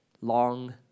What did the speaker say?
long